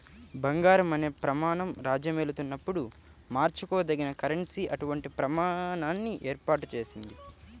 బంగారం అనే ప్రమాణం రాజ్యమేలుతున్నప్పుడు మార్చుకోదగిన కరెన్సీ అటువంటి ప్రమాణాన్ని ఏర్పాటు చేసింది